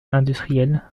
industriel